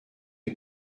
est